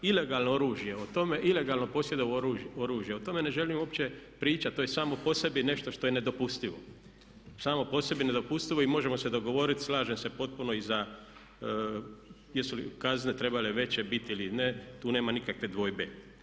Ilegalno oružje o tome, ilegalno posjedovanje oružja o tome ne želim uopće pričati to je samo po sebi nešto što je nedopustivo, samo po sebi nedopustivo i može se dogovoriti slažem se potpuno i za jesu li kazne trebale veće biti ili ne, tu nema nikakve dvojbe.